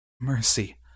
Mercy